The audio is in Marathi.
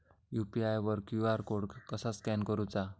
यू.पी.आय वर क्यू.आर कोड कसा स्कॅन करूचा?